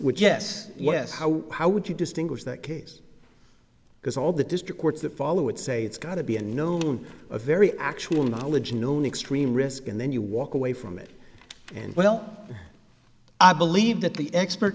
which yes yes how how would you distinguish that case because all the districts that follow it say it's got to be a known a very actual knowledge known extreme risk and then you walk away from it and well i believe that the expert